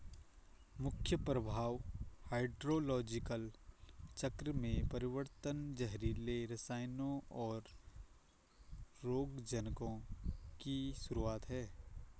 मुख्य प्रभाव हाइड्रोलॉजिकल चक्र में परिवर्तन, जहरीले रसायनों, और रोगजनकों की शुरूआत हैं